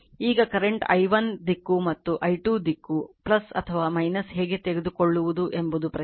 ಈಗ current i1 ದಿಕ್ಕು ಮತ್ತು i2 ದಿಕ್ಕು ಅಥವಾ ಹೇಗೆ ತೆಗೆದುಕೊಳ್ಳುವುದು ಎಂಬುದು ಪ್ರಶ್ನೆ